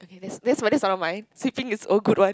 okay that's that's mine one of mine sleeping is old good one